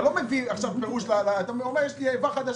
אתה אומר: יש לי איבה חדשה.